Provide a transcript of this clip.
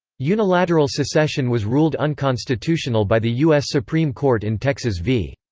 unilateral secession was ruled unconstitutional by the us supreme court in texas v.